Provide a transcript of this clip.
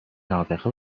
نابغه